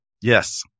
Yes